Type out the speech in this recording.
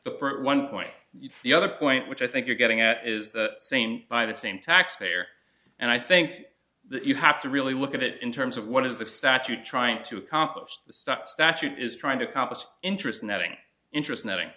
that's one point the other point which i think you're getting at is the same by the same taxpayer and i think you have to really look at it in terms of what is the statute trying to accomplish the stop statute is trying to accomplish interest netting interest netting